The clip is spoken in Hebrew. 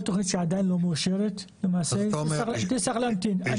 כל תכנית שעדיין לא מאושרת למעשה תצטרך להמתין.